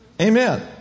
Amen